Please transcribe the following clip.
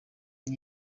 iki